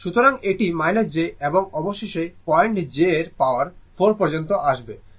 সুতরাং এটি j এবং অবশেষে পয়েন্ট j এর পাওয়ার 4 পর্যন্ত আসবে